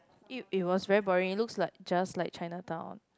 it it was very boring looks like just like Chinatown